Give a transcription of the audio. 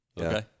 Okay